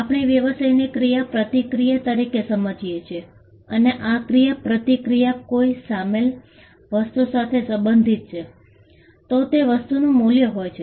આપણે વ્યવસાયને ક્રિયાપ્રતિક્રિયા તરીકે સમજીએ છીએ અને આ ક્રિયાપ્રતિક્રિયા કોઈ શામેલ વસ્તુ સાથે સંબંધિત છે તો તે વસ્તુનું મૂલ્ય હોય છે